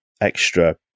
extra